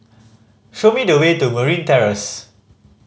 show me the way to Marine Terrace